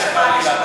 חס וחלילה,